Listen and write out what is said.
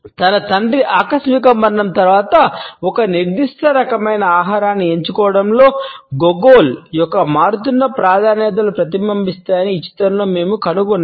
తన తండ్రి ఆకస్మిక మరణం తరువాత ఒక నిర్దిష్ట రకమైన ఆహారాన్ని ఎంచుకోవడంలో గోగోల్ యొక్క మారుతున్న ప్రాధాన్యతలు ప్రతిబింబిస్తాయని ఈ చిత్రంలో మేము కనుగొన్నాము